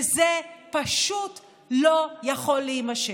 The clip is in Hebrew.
וזה פשוט לא יכול להימשך.